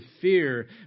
fear